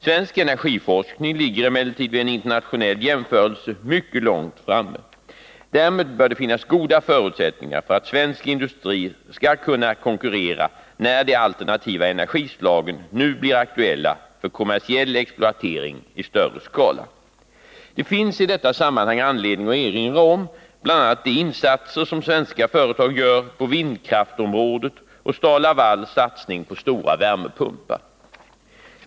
Svensk energiforsk ning ligger emellertid vid en internationell jämförelse mycket långt framme. Nr 107 Därmed bör det finnas goda förutsättningar för att svensk industri skall Tisdagen den kunna konkurrera när de alternativa energislagen nu blir aktuella för 31 mars 1981 kommersiell exploatering i större skala. Det finns i detta sammanhang anledning att erinra om bl.a. de insatser som svenska företag gör på vindkraftområdet och Stal-Lavals satsning på stora värmepumpar.